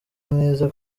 mwiza